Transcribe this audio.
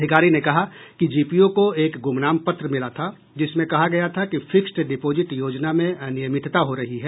अधिकारी ने कहा कि जीपीओ को एक गुमनाम पत्र मिला था जिसमें कहा गया था कि फिक्स डिपोजिट योजना में अनियमितता हो रही है